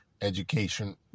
education